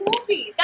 movie